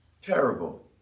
Terrible